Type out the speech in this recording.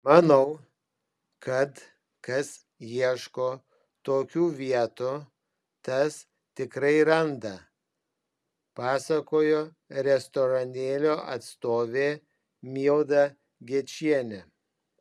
manau kad kas ieško tokių vietų tas tikrai randa pasakojo restoranėlio atstovė milda gečienė